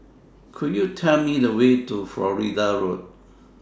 Could YOU Tell Me The Way to Florida Road